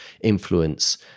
influence